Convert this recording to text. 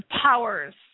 powers